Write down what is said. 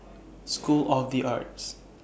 School of The Arts